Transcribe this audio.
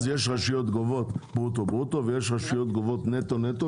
יש רשויות שגובות ברוטו-ברוטו ויש רשויות שגובות נטו-נטו,